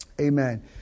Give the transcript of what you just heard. Amen